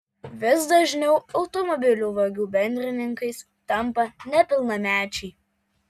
vis dažniau automobilių vagių bendrininkais tampa nepilnamečiai